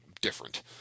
different